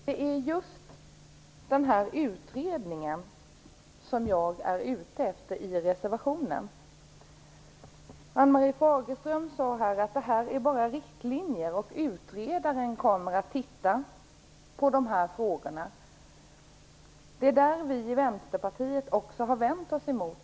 Herr talman! Det är just den här utredningen som jag är ute efter i reservationen. Ann-Marie Fagerström sade att det här bara är riktlinjer och att utredaren kommer att titta på de här frågorna. Det är det vi i Vänsterpartiet har vänt oss mot.